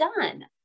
done